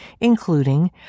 including